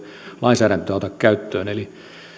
lainsäädäntöä ota käyttöön